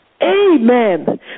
Amen